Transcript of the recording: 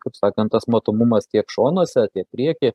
kaip sakant tas matomumas tiek šonuose tiek prieky